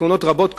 תאונות רבות קרו,